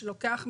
שלוקח מחויבות,